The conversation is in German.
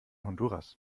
honduras